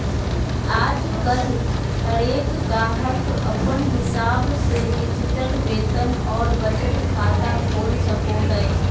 आजकल हरेक गाहक अपन हिसाब से डिजिटल वेतन और बचत खाता खोल सको हय